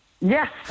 Yes